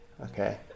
Okay